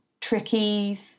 tricky